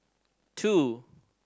two